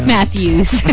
Matthews